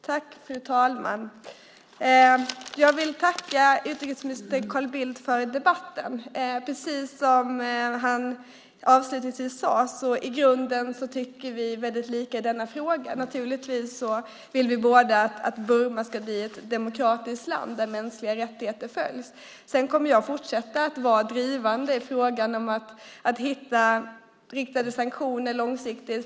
Fru talman! Jag vill tacka utrikesminister Carl Bildt för debatten. Precis som han avslutningsvis sade tycker vi i grunden väldigt lika i denna fråga. Naturligtvis vill vi båda att Burma ska bli ett demokratiskt land där mänskliga rättigheter följs. Sedan kommer jag att fortsätta att vara drivande i frågan om att hitta riktade sanktioner långsiktigt.